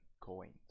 coins